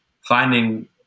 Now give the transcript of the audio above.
finding